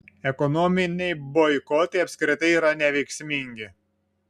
ekonominiai boikotai apskritai yra neveiksmingi